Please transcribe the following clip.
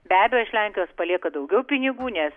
be abejo iš lenkijos palieka daugiau pinigų nes